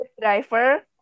driver